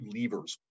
levers